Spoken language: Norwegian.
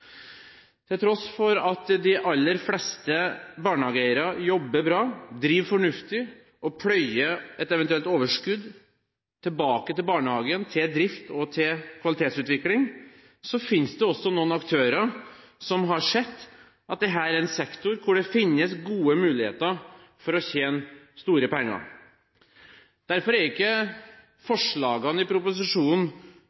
Til tross for at de aller fleste barnehageeiere jobber bra, driver fornuftig og pløyer et eventuelt overskudd tilbake til barnehagene til drift og kvalitetsutvikling, finnes det også noen aktører som har sett at dette er en sektor hvor det finnes gode muligheter for å tjene store penger. Derfor er ikke